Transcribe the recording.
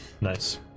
Nice